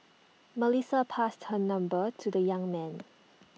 Melissa passed her number to the young man